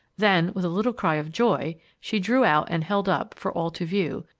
then with a little cry of joy, she drew out and held up, for all to view,